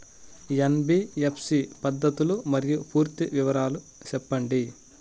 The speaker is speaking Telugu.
ఎన్.బి.ఎఫ్.సి పద్ధతులు మరియు పూర్తి వివరాలు సెప్పండి?